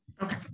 Okay